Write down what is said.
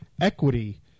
equity